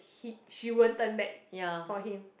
he she won't turn back for him